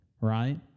right